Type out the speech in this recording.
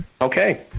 Okay